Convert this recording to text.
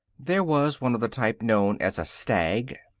there was one of the type known as a stag.